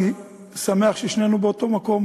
אני שמח ששנינו באותו מקום,